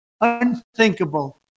unthinkable